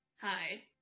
hi